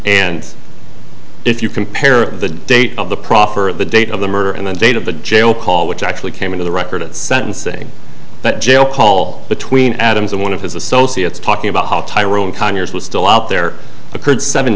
and if you compare the date of the proffer the date of the murder and the date of the jail call which actually came into the record at sentencing that jail call between adams and one of his associates talking about how tyrone conyers was still out there occurred seven